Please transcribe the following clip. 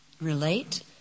relate